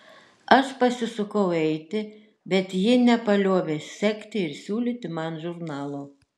aš pasisukau eiti bet ji nepaliovė sekti ir siūlyti man žurnalo